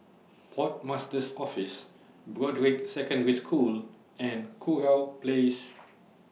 Port Master's Office Broadrick Secondary School and Kurau Place